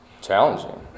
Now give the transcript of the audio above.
challenging